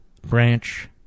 branch